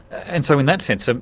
and so in that sense, ah